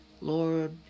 Lord